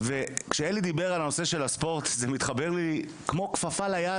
וכשאלי דיבר על הנושא של הספורט זה מתחבר לי כמו כפפה ליד,